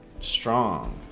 strong